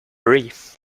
brief